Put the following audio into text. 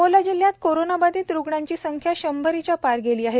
अकोला जिल्ह्यात कोरोनाबाधित रुग्णांची संख्या शंभरीच्या पार केली आहे